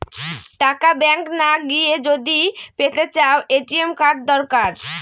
টাকা ব্যাঙ্ক না গিয়ে যদি পেতে চাও, এ.টি.এম কার্ড দরকার